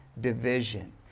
division